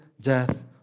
death